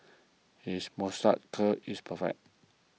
his moustache curl is perfect